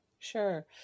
Sure